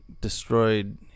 destroyed